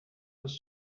was